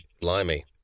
blimey